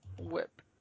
Whip